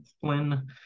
Flynn